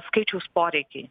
skaičiaus poreikiai